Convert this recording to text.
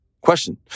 question